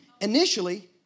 initially